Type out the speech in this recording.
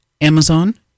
Amazon